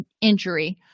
injury